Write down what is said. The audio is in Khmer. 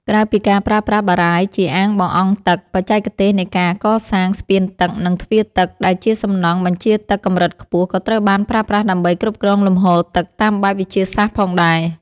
ក្រៅពីការប្រើប្រាស់បារាយណ៍ជាអាងបង្អង់ទឹក បច្ចេកទេសនៃការកសាង ស្ពានទឹក និងទ្វារទឹក ដែលជាសំណង់បញ្ជាទឹកកម្រិតខ្ពស់ ក៏ត្រូវបានប្រើប្រាស់ដើម្បីគ្រប់គ្រងលំហូរទឹកតាមបែបវិទ្យាសាស្ត្រផងដែរ។